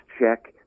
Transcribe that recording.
check